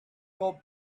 hoped